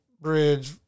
Bridge